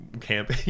camp